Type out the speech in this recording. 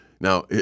Now